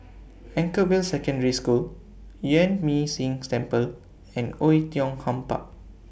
Anchorvale Secondary School Yuan Ming Si Temple and Oei Tiong Ham Park